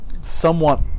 somewhat